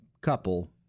couple